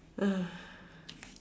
ah